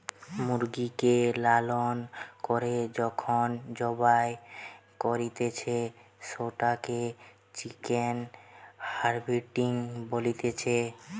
মুরগিকে লালন করে যখন জবাই করতিছে, সেটোকে চিকেন হার্ভেস্টিং বলতিছে